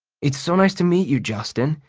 it's so nice to meet you, justin!